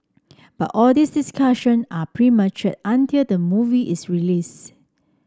but all these discussion are premature until the movie is released